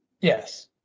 Yes